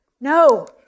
No